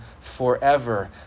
forever